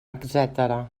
etcètera